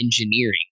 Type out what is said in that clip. engineering